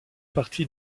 partie